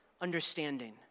understanding